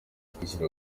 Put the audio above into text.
kwishyura